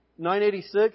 986